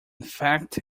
fact